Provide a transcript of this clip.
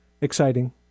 exciting